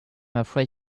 afraid